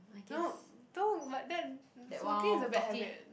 no though but that smoking is a bad habit